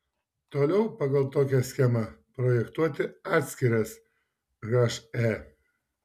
toliau pagal tokią schemą projektuoti atskiras he